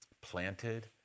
planted